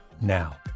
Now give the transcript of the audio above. now